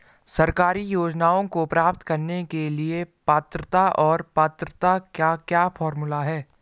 सरकारी योजनाओं को प्राप्त करने के लिए पात्रता और पात्रता का क्या फार्मूला है?